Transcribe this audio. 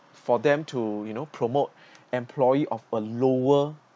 for them to you know promote employee of a lower